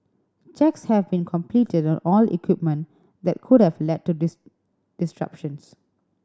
checks have been completed all equipment that could have led to the disruptions